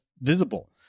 visible